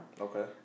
okay